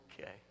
okay